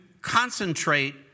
concentrate